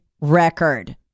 record